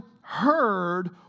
heard